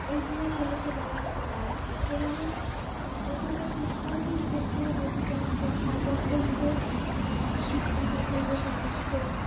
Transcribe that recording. এগিয়ে চলেছে বলা যেতে পারে একটা যেমন প্রতিটা শিক্ষার্থীর ক্ষেত্রে প্রতিটা সবরকম যে শিক্ষাগত যে সমস্ত